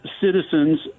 citizens